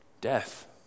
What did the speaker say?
death